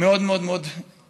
מאוד מאוד אישית.